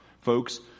Folks